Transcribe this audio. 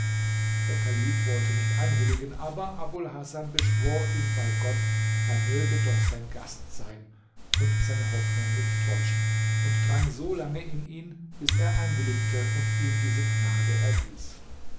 der kalif wollte nicht einwilligen aber abul hasan beschwor ihn bei gott er möge doch sein gast sein und seine hoffnung nicht täuschen und drang so lange in ihn bis er einwilligte und ihm diese gnade erwies